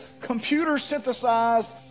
computer-synthesized